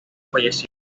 fallecido